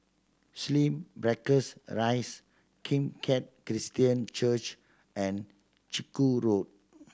Slim Barracks a Rise Kim Keat Christian Church and Chiku Road